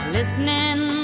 Listening